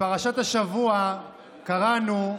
בפרשת השבוע קראנו: